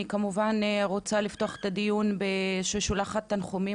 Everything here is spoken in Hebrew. אני כמובן רוצה לפתוח את הדיון בשליחת תנחומים